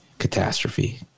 Catastrophe